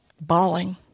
bawling